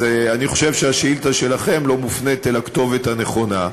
אני חושב שהשאילתה שלכם לא מופנית לכתובת הנכונה.